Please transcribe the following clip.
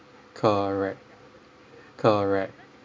correct correct